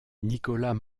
nicolas